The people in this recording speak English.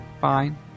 Fine